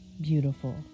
beautiful